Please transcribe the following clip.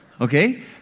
Okay